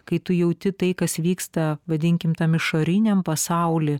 kai tu jauti tai kas vyksta vadinkim tam išoriniam pasauly